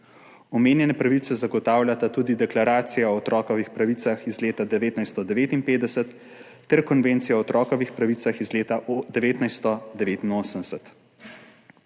Omenjene pravice zagotavljata tudi Deklaracija o otrokovih pravicah iz leta 1959 ter Konvencija o otrokovih pravicah iz leta 1989.